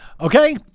Okay